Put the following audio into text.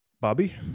Bobby